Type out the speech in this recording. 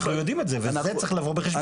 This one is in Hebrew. אנחנו יודעים את זה וזה צריך לבוא בחשבון,